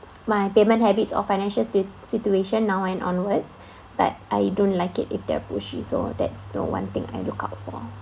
my payment habits or financial situa~ situation now and onwards but I don't like it if they're pushy so that's the one thing I look out for